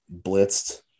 blitzed